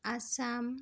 Assam